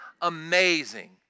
amazing